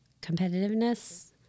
competitiveness